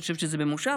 אני חושבת שזה במושב.